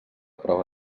prova